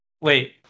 Wait